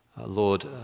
Lord